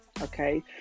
okay